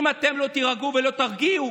אם אתם לא תירגעו ולא תרגיעו,